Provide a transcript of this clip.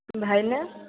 ଭାଇନା